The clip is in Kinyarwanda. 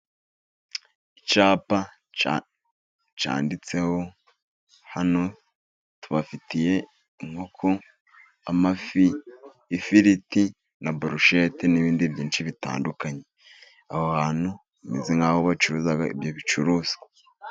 Icyapa cyanditseho hano tubafitiye inkoko, amafi, ifiriti, na burushete n'ibindi byinshi bitandukanye. Aho hantu bameze nk'aho bacuruza ibyo bicuruzwa.